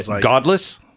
Godless